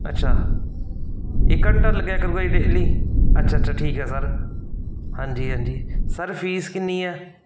ਅੱਛਾ ਇਕ ਘੰਟਾ ਲੱਗਿਆ ਕਰੇਗਾ ਜੀ ਡੇਲੀ ਅੱਛਾ ਅੱਛਾ ਠੀਕ ਹੈ ਸਰ ਹਾਂਜੀ ਹਾਂਜੀ ਸਰ ਫੀਸ ਕਿੰਨੀ ਹੈ